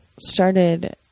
started